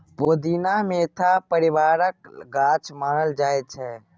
पोदीना Mentha परिबारक गाछ मानल जाइ छै